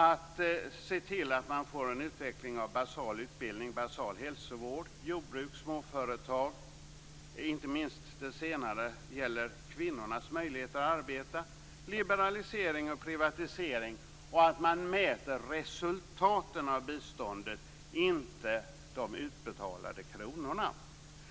Det är viktigt att se till att man får en utveckling av basal utbildning, basal hälsovård, jordbruk, småföretag - inte minst det senare gäller kvinnornas möjligheter att arbeta - liberalisering och privatisering. Det är också viktigt att man mäter resultatet av biståndet, inte de utbetalda kronorna.